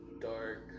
dark